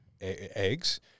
eggs